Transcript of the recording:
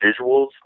visuals